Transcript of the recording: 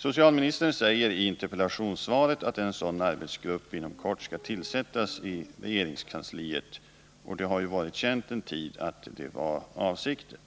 Socialministern säger i interpellationssvaret att en sådan arbetsgrupp inom kort skall tillsättas i regeringskansliet — och det har ju varit känt en tid att detta var avsikten.